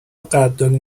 قدردانی